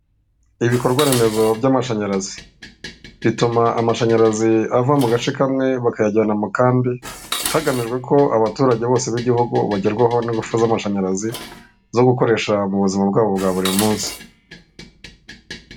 Ibikorwa remezo by'amashanyarazi; bituma amashanyarazi ava mu gace kamwe bakayajyana mu kandini, hagamijwe ko abaturage bose b'igihugu bagerwaho n'ingufu z'amashanyarazi, zo gukoresha mu buzima bwabo bwa buri munsi.